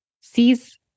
sees